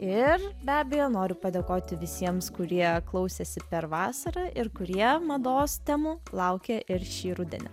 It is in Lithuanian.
ir be abejo noriu padėkoti visiems kurie klausėsi per vasarą ir kurie mados temų laukia ir šį rudenį